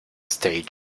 stage